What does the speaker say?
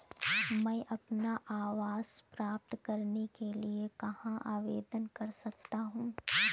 मैं अपना आवास प्राप्त करने के लिए कहाँ आवेदन कर सकता हूँ?